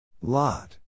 Lot